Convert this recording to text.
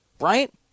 Right